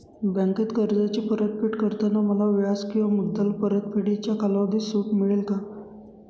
बँकेत कर्जाची परतफेड करताना मला व्याज किंवा मुद्दल परतफेडीच्या कालावधीत सूट मिळेल का?